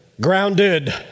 Grounded